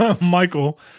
Michael